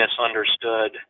misunderstood